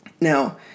Now